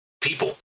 people